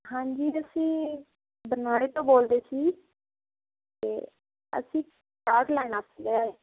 ਹਾਂਜੀ ਅਸੀਂ ਬਰਨਾਲੇ ਤੋਂ ਬੋਲਦੇ ਸੀ ਅਤੇ ਅਸੀਂ ਪਲਾਟ ਲੈਣਾ ਸੀਗਾ